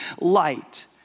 light